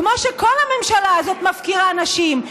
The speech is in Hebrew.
כמו שכל הממשלה הזאת מפקירה נשים,